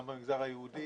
גם במגזר היהודי,